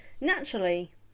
Naturally